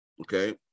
Okay